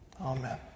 Amen